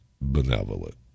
benevolent